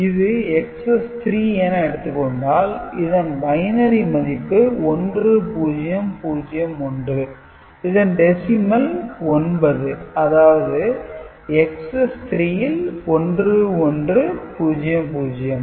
இது XS3 என எடுத்துக் கொண்டால் இதன் பைனரி மதிப்பு 1001 இதன் டெசிமல் 9 அதாவது XS3ல் 1100